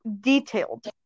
detailed